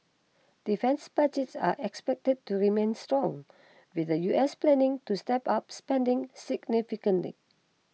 defence budgets are expected to remain strong with the U S planning to step up spending significantly